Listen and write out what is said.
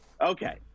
Okay